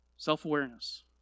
Self-awareness